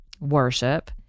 worship